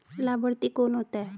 लाभार्थी कौन होता है?